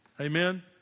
Amen